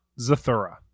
Zathura